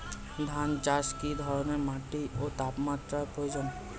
ধান চাষে কী ধরনের মাটি ও তাপমাত্রার প্রয়োজন?